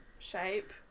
shape